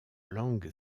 langue